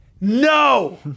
no